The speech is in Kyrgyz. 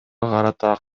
карата